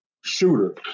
shooter